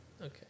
Okay